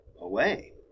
away